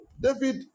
David